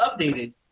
updated